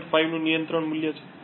5 નું નિયંત્રણ મૂલ્ય છે